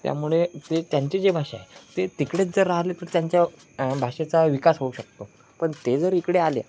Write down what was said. त्यामुळे ते त्यांची जे भाषा आहे ते तिकडेच जर राहिले तर त्यांच्या भाषेचा विकास होऊ शकतो पण ते जर इकडे आले